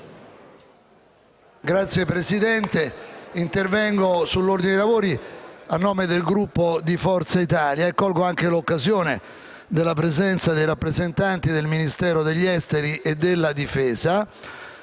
Signora Presidente, intervengo sull'ordine dei lavori a nome del Gruppo di Forza Italia, cogliendo anche l'occasione della presenza dei rappresentanti del Ministero degli affari esteri e